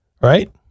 Right